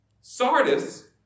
Sardis